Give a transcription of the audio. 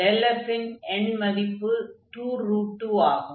f ன் எண்மதிப்பு 22 ஆகும்